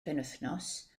penwythnos